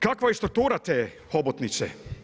Kakva je struktura te hobotnice?